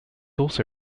also